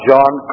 John